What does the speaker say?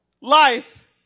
life